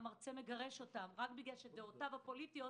המרצה מגרש אותם רק כי דעותיו הפוליטיות